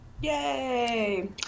Yay